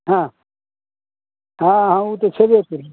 हँ हँ हँ ओ तऽ छबे करै